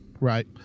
Right